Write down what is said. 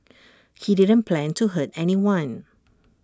he didn't plan to hurt anyone